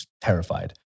terrified